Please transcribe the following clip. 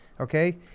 okay